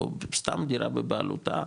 או סתם דירה בבעלותה,